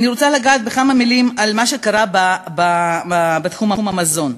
אני רוצה לגעת בכמה מילים על מה שקרה בתחום המזון.